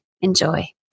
Enjoy